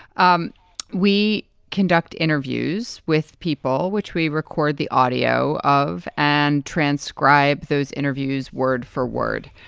um we conduct interviews with people which we record the audio of and transcribe those interviews word for word.